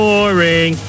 Boring